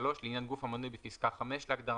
לעניין גוף המנוי בפסקה (5) להגדרה